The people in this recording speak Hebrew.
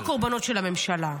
הם הקורבנות של הממשלה,